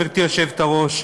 גברתי היושבת-ראש,